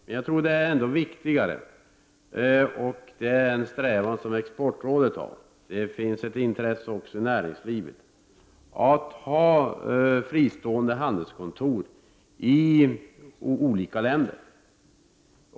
Men jag tror att det är ändå viktigare — det är en strävan som Exportrådet har, och det finns ett intresse i näringslivet — att ha fristående handelskontor i olika länder.